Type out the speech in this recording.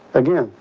again,